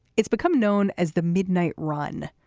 it's become known as the midnight run.